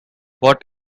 what